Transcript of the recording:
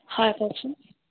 হয় কওকচোন